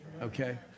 okay